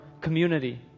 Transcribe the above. community